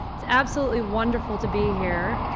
it's absolutely wonderful to be here,